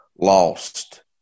lost